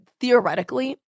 theoretically